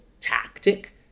tactic